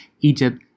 Egypt